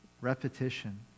repetition